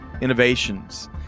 innovations